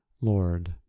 Lord